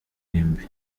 irimbi